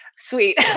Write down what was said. sweet